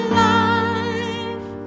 life